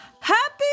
happy